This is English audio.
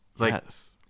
Yes